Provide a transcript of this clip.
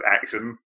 action